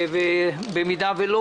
ואם לא,